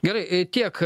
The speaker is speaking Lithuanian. gerai tiek